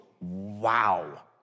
wow